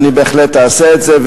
אני בהחלט אעשה את זה,